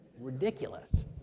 ridiculous